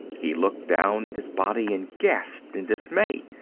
he looked down at his body and gasped in dismay.